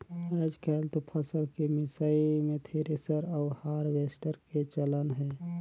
आयज कायल तो फसल के मिसई मे थेरेसर अउ हारवेस्टर के चलन हे